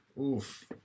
Oof